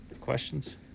Questions